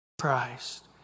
Christ